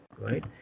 right